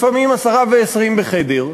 לפעמים עשרה ו-20 בחדר,